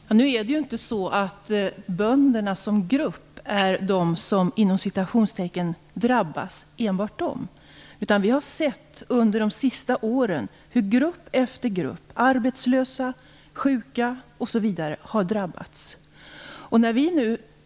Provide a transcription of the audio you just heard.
Herr talman! Nu är det ju inte så att det enbart är bönderna som grupp som "drabbas". Under de senaste åren har grupp efter grupp - arbetslösa, sjuka osv. - drabbats.